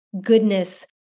goodness